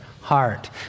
heart